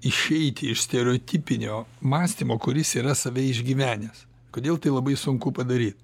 išeiti iš stereotipinio mąstymo kuris yra save išgyvenęs kodėl tai labai sunku padaryt